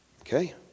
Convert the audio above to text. Okay